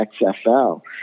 XFL